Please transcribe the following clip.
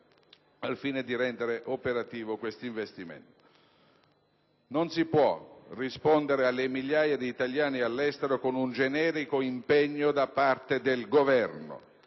al fine di rendere operativo questo investimento. Non si può rispondere alle migliaia di italiani all'estero con un generico impegno da parte del Governo,